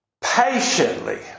patiently